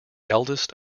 eldest